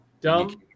dumb